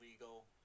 legal